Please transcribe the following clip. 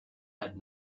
had